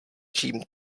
čím